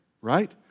right